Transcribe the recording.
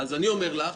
אז אני אומר לך.